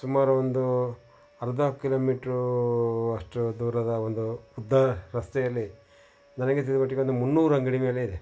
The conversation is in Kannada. ಸುಮಾರು ಒಂದು ಅರ್ಧ ಕಿಲೊಮೀಟ್ರು ಅಷ್ಟು ದೂರದ ಒಂದು ಉದ್ದ ರಸ್ತೆಯಲ್ಲಿ ನನಗೆ ತಿಳಿದಮಟ್ಟಿಗೆ ಒಂದು ಮುನ್ನೂರು ಅಂಗಡಿ ಮೇಲೆ ಇದೆ